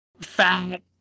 fat